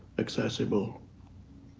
accessible